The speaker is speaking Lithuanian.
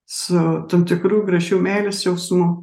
su tam tikru gražiu meilės jausmu